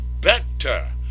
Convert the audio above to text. better